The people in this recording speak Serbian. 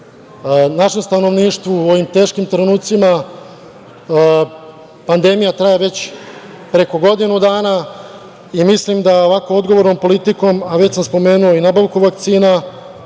našem stanovništvu u ovim teškim trenucima. Pandemija traje već preko godinu dana i mislim da ovako odgovornom politikom, a već sam spomenuo i nabavku vakcina,